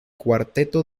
cuarteto